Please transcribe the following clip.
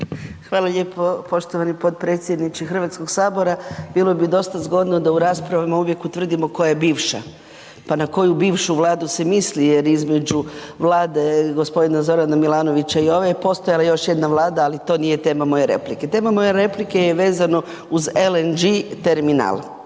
Hvala lijepo poštovani potpredsjedniče HS, bilo bi dosta zgodno da u raspravama uvijek utvrdimo koja je bivša, pa na koju bivšu Vladu se misli jer između Vlade g. Zorana Milanovića i ove postojala je još jedna Vlada, ali to nije tema moje replike, tema moje replike je vezano uz LNG terminal.